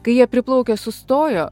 kai jie priplaukė sustojo